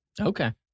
okay